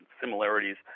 similarities